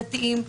דתיים,